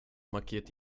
markiert